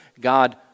God